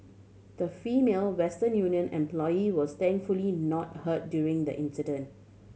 the Female Western Union employee was thankfully not hurt during the incident